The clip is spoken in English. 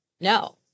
no